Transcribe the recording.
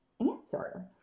answer